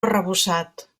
arrebossat